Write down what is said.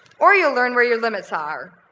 or you'll learn where your limits are.